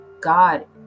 God